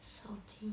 salty